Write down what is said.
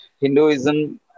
Hinduism